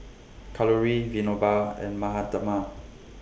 Kalluri Vinoba and Mahatma